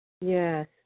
Yes